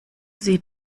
sie